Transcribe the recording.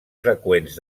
freqüents